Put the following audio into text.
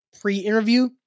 pre-interview